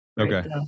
okay